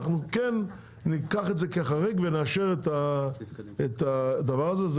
אנחנו כן ניקח את זה כחריג ונאשר את הדבר הזה,